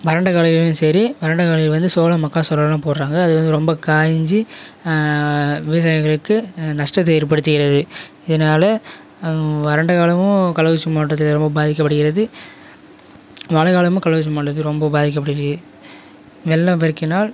வறண்ட காலநிலையிலேயும் சரி வறண்ட காலநிலை வந்து சோளம் மக்காச்சோளம்லாம் போடுறாங்க அது வந்து ரொம்ப காய்ந்து விவசாயிகளுக்கு நஷ்டத்தை ஏற்படுத்துகிறது இதனால் வறண்ட காலமும் கள்ளக்குறிச்சி மாவட்டத்தில் ரொம்ப பாதிக்கப்படுகிறது மழைக்காலமும் கள்ளக்குறிச்சி மாவட்டத்தில் ரொம்ப பாதிக்கப்படுகிறது வெள்ளப்பெருக்கினால்